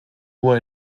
nur